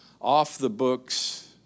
off-the-books